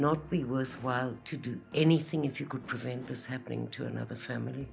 be worthwhile to do anything if you could prevent this happening to another family